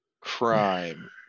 crime